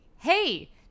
hey